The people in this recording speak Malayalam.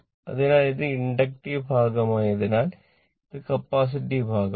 അതിനാൽ ഇത് ഇൻഡക്റ്റീവ് ഭാഗമായതിനാൽ ഇത് കപ്പാസിറ്റീവ് ഭാഗമാണ്